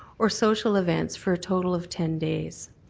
or social events for a total of ten days.